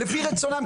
לפי רצונם?